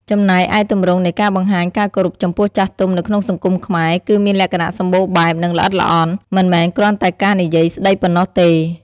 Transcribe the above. ចំណែកឯទម្រង់នៃការបង្ហាញការគោរពចំពោះចាស់ទុំនៅក្នុងសង្គមខ្មែរគឺមានលក្ខណៈសម្បូរបែប និងល្អិតល្អន់ មិនមែនគ្រាន់តែការនិយាយស្ដីប៉ុណ្ណោះទេ។